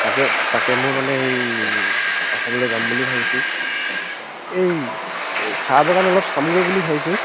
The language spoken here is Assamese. তাকে তাকে মই মানে এই অসমলৈ যাম বুলি ভাবিছোঁ এই চাহ বাগান অলপ চামগৈ বুলি ভাবিছোঁ